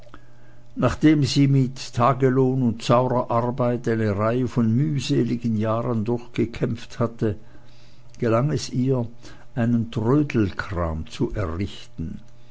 nachdem sie mit tagelohn und saurer arbeit eine reihe von mühseligen jahren durchgekämpft hatte gelang es ihr einen trödelkram zu errichten